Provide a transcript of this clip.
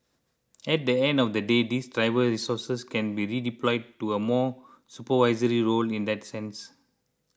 at the end of the day these driver resources can be redeployed to a more supervisory role in that sense